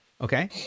okay